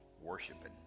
worshiping